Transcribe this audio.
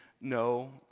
no